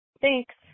thanks